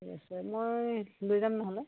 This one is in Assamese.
থিক আছে মই লৈ যাম নহ'লে